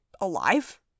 alive